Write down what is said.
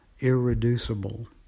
irreducible